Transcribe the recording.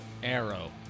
arrow